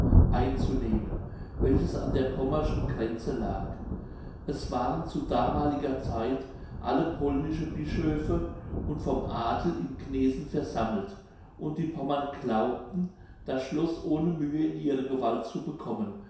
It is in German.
einzunehmen welches an der pommerschen grenze lag es waren zu damaliger zeit alle polnische bischöfe und vom adel in gnesen versammelt und die pommern glaubten das schloß ohne mühe in ihre gewalt zu bekommen